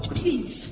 please